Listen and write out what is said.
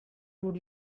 would